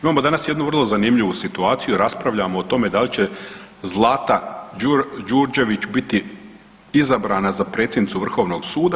Imamo danas jednu vrlo zanimljivu situaciju, raspravljamo o tome da li će Zlata Đurđević biti izabrana za predsjednicu vrhovnog suda.